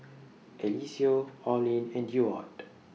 Eliseo Orlin and Deward